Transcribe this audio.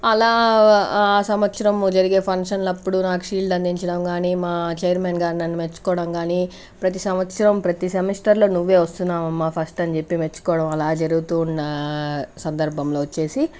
అలా సంవత్సరం జరిగే ఫంక్షన్లప్పుడు నాకు షీల్డ్ అందించడం కానీ మా చైర్మన్గారు నన్ను మెచ్చుకోవడం కాని ప్రతి సంవత్సరం ప్రతి సెమిస్టర్లో నువ్వే వస్తున్నావమ్మా ఫస్ట్ అని చెప్పి మెచ్చుకోవడం ఇలా జరుగుతున్న సందర్భంలో వచ్చేసి